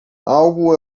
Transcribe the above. algo